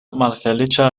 malfeliĉa